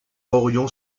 orion